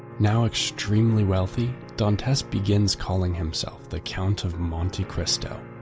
now extremely wealthy, dantes begins calling himself the count of monte cristo.